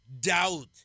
Doubt